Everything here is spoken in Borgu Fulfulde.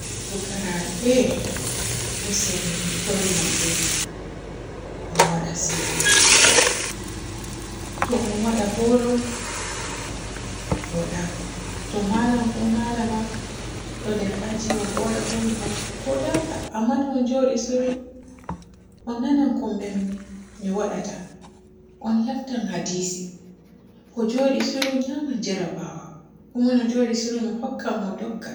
Fukarabe useni mi tori mon be Allah, on waada siru. To on waada hoolu vodaka, to mallam ko mallama ɗo nder aji on ɗo waada hoolu vodaka, amma to on njoodi shiru om nana ko ben-mi waadata, on heftan hadisi, ko njoodi shiru nyaman jarabawa. Komo no njoodi shiru hokkan mo dukkal.